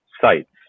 sites